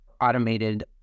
automated